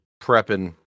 prepping